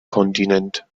kontinent